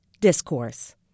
discourse